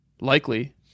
Likely